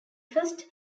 first